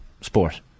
sport